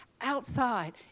outside